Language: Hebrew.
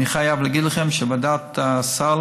אני חייב להגיד לכם שאת ועדת הסל